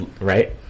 right